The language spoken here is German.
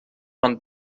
man